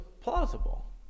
plausible